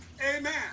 Amen